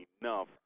enough